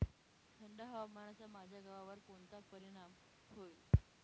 थंड हवामानाचा माझ्या गव्हावर कोणता परिणाम होईल?